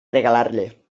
regalarle